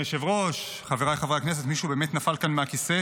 צריך לעשות מזה את ההשוואה.